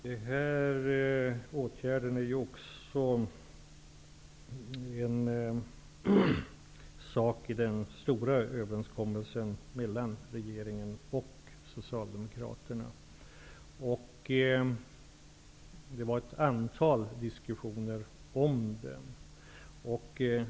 Fru talman! Dessa åtgärder ingår i den stora överenskommelsen mellan regeringen och socialdemokraterna, så det har förts ett antal diskussioner om dem.